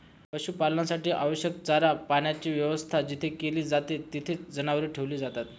पशुपालनासाठी आवश्यक चारा पाण्याची व्यवस्था जेथे केली जाते, तेथे जनावरे ठेवली जातात